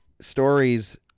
stories